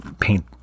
paint